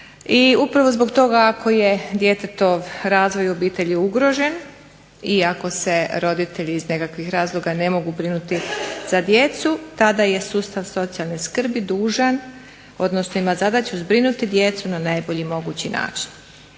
upravo zbog toga ako je djetetov razvoj u obitelji ugrožen i ako se roditelji iz nekakvih razloga ne mogu brinuti za djecu tada je sustav socijalne skrbi dužan, odnosno ima zadaću zbrinuti djecu na najbolji mogući način.